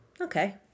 okay